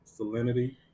salinity